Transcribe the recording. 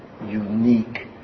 unique